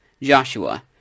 Joshua